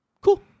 cool